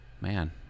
man